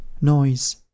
Noise